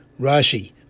Rashi